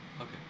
Okay